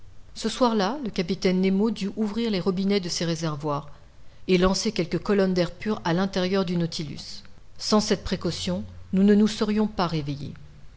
ce soir-là le capitaine nemo dut ouvrir les robinets de ses réservoirs et lancer quelques colonnes d'air pur à l'intérieur du nautilus sans cette précaution nous ne nous serions pas réveillés